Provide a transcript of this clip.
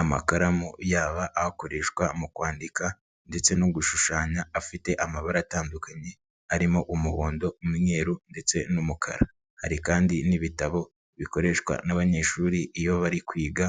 Amakaramu yaba akoreshwa mu kwandika ndetse no gushushanya afite amabara atandukanye arimo umuhondo, umweru ndetse n'umukara, hari kandi n'ibitabo bikoreshwa n'abanyeshuri iyo bari kwiga